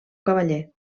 cavaller